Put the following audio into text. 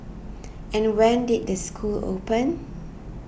and when did the school open